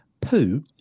poo